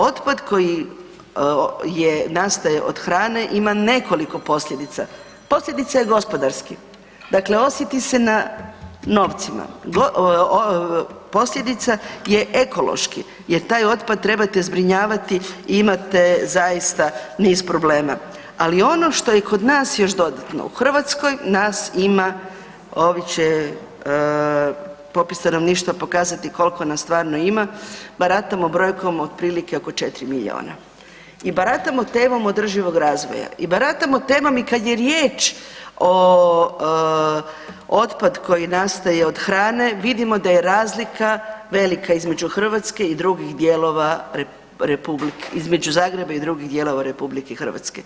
Otpad koji nastaje od hrane ima nekoliko posljedica, posljedica je gospodarski, dakle osjeti se na novcima, posljedica je ekološki, jer taj otpad trebate zbrinjavati i imate zaista niz problema, ali ono što je kod nas još dodatno u Hrvatskoj nas ima, ovi će, popis stanovništva pokazati koliko nas stvarno ima, baratamo brojkom od prilike oko 4 milijuna i baratamo temom održivog razvoja i baratamo temom i kad je riječ o otpad koji nastaje od hrane, vidimo da je razlika velika između Hrvatske i drugih, između Zagreba i drugih dijelova Republike Hrvatske.